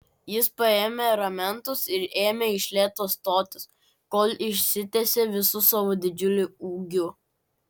jis paėmė ramentus ir ėmė iš lėto stotis kol išsitiesė visu savo didžiuliu ūgiu